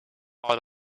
out